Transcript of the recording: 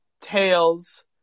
tails